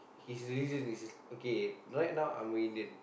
his religion is okay right now I'm a Indian